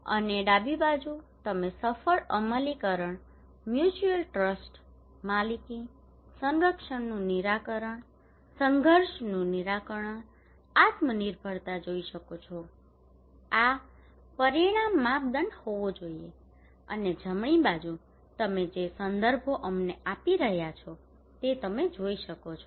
અને ડાબી બાજુ તમે સફળ અમલીકરણ મ્યુચ્યુઅલ ટ્રસ્ટ માલિકી સંઘર્ષનું નિરાકરણ આત્મનિર્ભરતા જોઈ શકો છો આ પરિણામ માપદંડ હોવો જોઈએ અને જમણી બાજુ તમે જે સંદર્ભો અમે આપી રહ્યા છે તે જોઈ શકશો